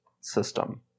system